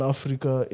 Africa